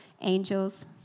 Angels